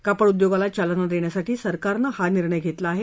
कापड उद्योगाला चालना देण्यासाठी सरकारनं हा निर्णय घेतला आहे